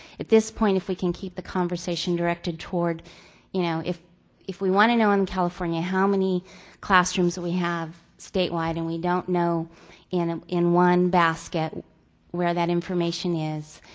at this point, if we can keep the conversation directed toward you know, if if we want to know in california how many classrooms we have statewide and we don't know in um in one basket where that information is,